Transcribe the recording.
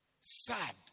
Sad